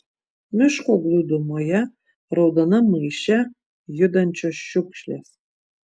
miško glūdumoje raudonam maiše judančios šiukšlės